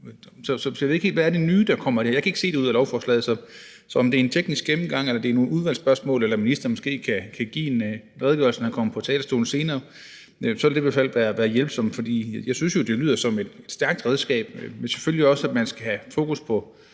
så jeg ved ikke helt, hvad det nye, der kommer, er. Jeg kan i hvert fald ikke se det ud af lovforslaget, så om det er en teknisk gennemgang, eller om det er nogle udvalgsspørgsmål, eller om ministeren måske kan give en redegørelse, når han kommer på talerstolen senere, vil det i hvert fald være hjælpsomt. Jeg synes jo, det lyder som et stærkt redskab, men man skal selvfølgelig også have fokus på